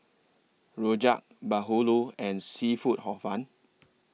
Rojak Bahulu and Seafood Hor Fun